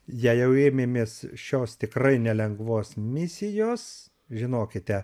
jei jau ėmėmės šios tikrai nelengvos misijos žinokite